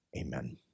amen